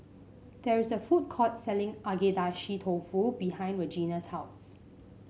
there is a food court selling Agedashi Dofu behind Regina's house